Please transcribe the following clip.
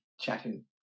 chatting